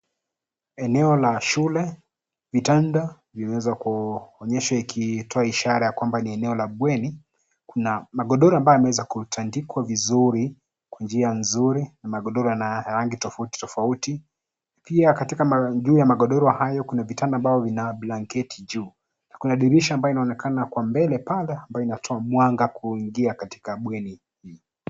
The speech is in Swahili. Eneo la shule vitanda vimeweza kuonyeshwa ikitoa ishara kwamba ni eneo la bweni. Kuna magodoro ambayo yameweza kutandikwa vizuri kwa njia nzuri na magodoro yana rangi tofauti tofauti. Pia katika juu ya magodoro hayo kuna vitanda ambavyo vina blanketi juu. Kuna dirisha ambayo inaonekana kwa mbele pale ambayo inayotoa mwanga kuingia katika bweni hii.